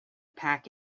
pack